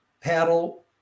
paddle